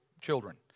children